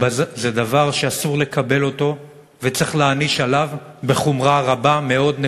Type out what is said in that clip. זה דבר שאסור לקבל אותו וצריך להעניש עליו בחומרה רבה מאוד,